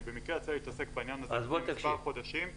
במקרה יצא לי להתעסק בעניין הזה לפני מספר חודשים.